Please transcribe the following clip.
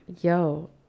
yo